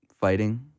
fighting